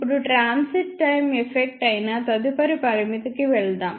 ఇప్పుడు transit time effect అయిన తదుపరి పరిమితికి వెళ్దాం